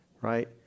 Right